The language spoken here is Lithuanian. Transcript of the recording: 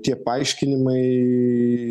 tie paaiškinimai